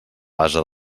base